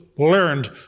learned